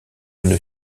une